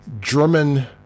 German